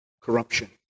corruption